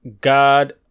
God